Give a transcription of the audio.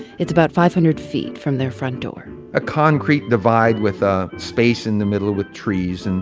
it's about five hundred feet from their front door a concrete divide with a space in the middle with trees, and